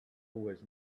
was